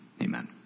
Amen